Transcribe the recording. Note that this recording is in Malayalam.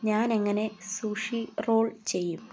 ഞാനെങ്ങനെ സുഷി റോൾ ചെയ്യും